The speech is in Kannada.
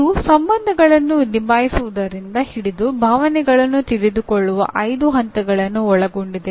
ಇದು ಸಂಬಂಧಗಳನ್ನು ನಿಭಾಯಿಸುವುದರಿಂದ ಹಿಡಿದು ಭಾವನೆಗಳನ್ನು ತಿಳಿದುಕೊಳ್ಳುವ ಐದು ಹಂತಗಳನ್ನು ಒಳಗೊಂಡಿದೆ